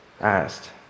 asked